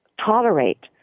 tolerate